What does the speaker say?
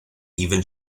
even